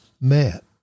met